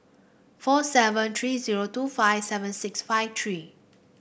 four seven three zero two five seven six five three